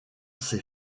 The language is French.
ses